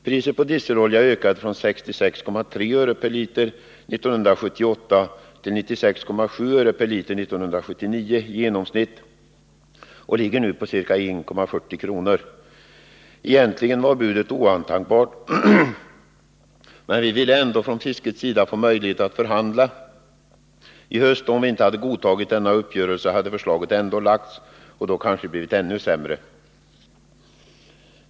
Priset på dieselolja ökade från 66,3 öre per liter 1978 till 96,7 öre per liter 1979 i genomsnitt och ligger nu på 1,40 kr. Egentligen var det budet oantagbart, men vi ville ändå från fiskets sida få möjlighet att förhandla i höst, och om vi inte hade godtagit denna uppgörelse hade förslaget ändå framlagts och då kanske blivit ännu sämre.